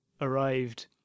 arrived